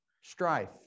strife